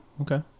okay